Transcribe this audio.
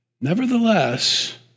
Nevertheless